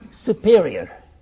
Superior